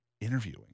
interviewing